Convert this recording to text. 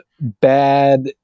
bad